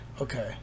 okay